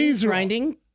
Grinding